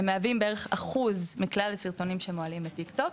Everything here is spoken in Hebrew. הם מהווים בערך אחוז מכלל הסרטונים שמועלים לטיקטוק,